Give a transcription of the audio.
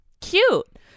cute